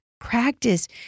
Practice